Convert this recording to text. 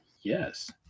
Yes